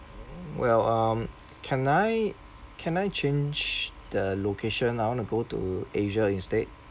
well um can I can I change the location I want to go to asia instead